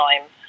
time